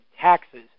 taxes